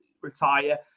retire